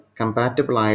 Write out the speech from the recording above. compatible